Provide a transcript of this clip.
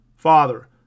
Father